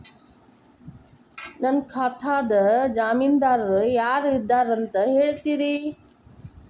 ನನ್ನ ಖಾತಾದ್ದ ಜಾಮೇನದಾರು ಯಾರ ಇದಾರಂತ್ ಹೇಳ್ತೇರಿ?